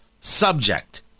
subject